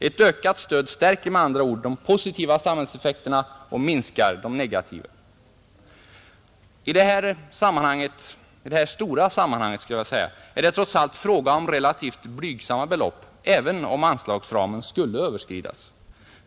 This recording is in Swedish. Ett ökat stöd stärker med andra ord de positiva samhällseffekterna och minskar de negativa, I detta stora sammanhang är det trots allt fråga om relativt blygsamma belopp, även om anslagsramen skulle överskridas.